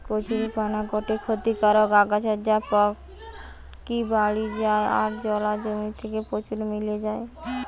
কচুরীপানা গটে ক্ষতিকারক আগাছা যা পটকি বাড়ি যায় আর জলা জমি তে প্রচুর মেলি যায়